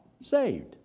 saved